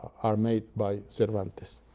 are made by cervantes.